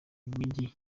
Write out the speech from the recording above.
imijyi